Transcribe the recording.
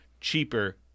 cheaper